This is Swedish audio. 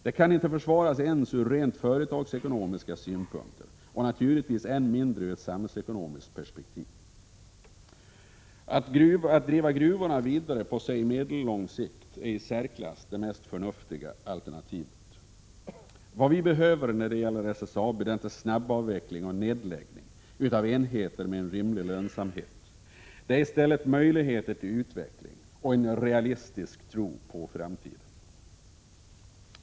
Det kan inte försvaras ens ur företagsekonomiska synpunkter och naturligtvis än mindre ur ett samhällsekonomiskt perspektiv. Att driva gruvorna vidare på medellång sikt är det i särklass mest förnuftiga alternativet. Vad vi behöver när det gäller SSAB är inte snabbavveckling och nedläggning av enheter med rimlig lönsamhet. Det är i stället möjligheter till utveckling och en realistisk tro på framtiden.